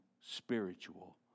spiritual